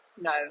no